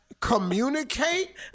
Communicate